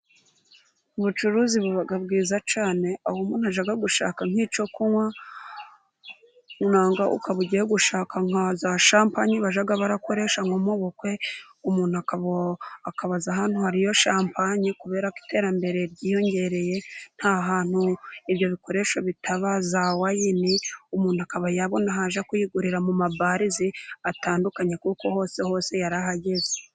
Ubucuruzi buba bwiza cyane, aho umuntu ajya gushaka nk'icyo kunywa cyangwa ukaba ugiye gushaka nka za shampanye bajya barakoresha nko mu bukwe, umuntu akaba azi ahantu hari iyo shampanye, kubera ko iterambere ryiyongereye, nta hantu ibyo bikoresho bitaba ,za wayini umuntu akaba yabona aho ajya kuyigurira mu mabare atandukanye ,kuko hose hose yarahageze.